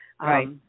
Right